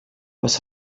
was